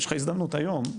יש לך הזדמנות היום,